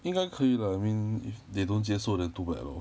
应该可以 lah I mean if they don't 接受 then too bad lor